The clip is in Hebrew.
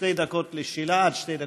עד שתי דקות לשאלה,